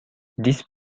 this